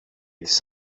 τις